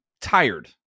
tired